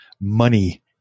money